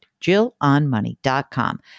jillonmoney.com